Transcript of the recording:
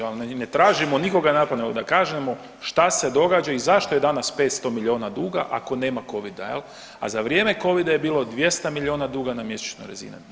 Jel ne tražimo od nikoga … nego da kažemo šta se događa i zašto je danas 500 miliona duga ako nema Covida jel, a za vrijeme Covida je bilo 200 miliona duga na mjesečnoj razini.